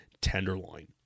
tenderloin